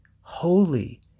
holy